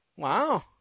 Wow